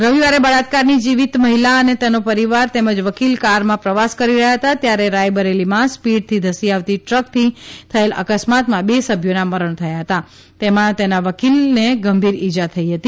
રવિવારે બળાત્કારની જીવીત મહિલા અને તેનો પરિવાર તેમજ વકીલ કારમાં પ્રવાસ કરી રહ્યા હતા ત્યારે રાયબરેલીમાં સ્પીડથી ધસી આવતી ટ્રકથી થયેલ અકસ્માતમાં બે સભ્યોના મરણ થયા હતાં તેમાં તેના અને વકીલને ગંભીર ઇજા થઇ હતી